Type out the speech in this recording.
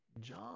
John